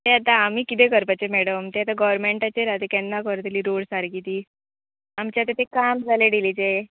तें आतां आमी किदें करपाचें मॅडम तें आतां गोवर्मेंटाचेर आतां केन्ना करतलीं रोड सारकी तीं आमचें आतां तें काम जालें डेलीचें